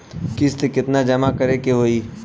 किस्त केतना जमा करे के होई?